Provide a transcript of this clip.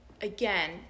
again